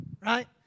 Right